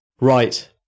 right